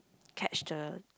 catch the